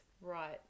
right